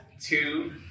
two